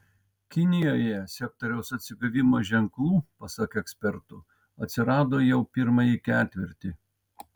kinijoje sektoriaus atsigavimo ženklų pasak ekspertų atsirado jau pirmąjį ketvirtį